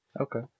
Okay